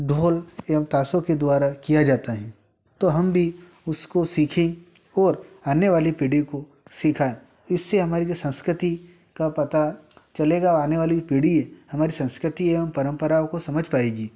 ढ़ोल एवम ताशों के द्वारा किया जाता है तो हम भी उसको सीखें और आने वाली पीढ़ी को सिखाएँ इससे हमारी जो संस्कृति का पता चलेगा आने वाली पीढ़ी है हमारी संस्कृति एवं परंपराओं को समझ पाएगी